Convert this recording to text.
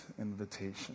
invitation